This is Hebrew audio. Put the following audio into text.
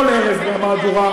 כל ערב במהדורה,